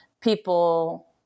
people